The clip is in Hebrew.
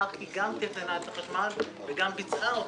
חח"י גם תכננה את החשמל וגם ביצעה אותו.